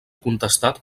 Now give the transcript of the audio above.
contestat